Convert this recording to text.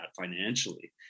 financially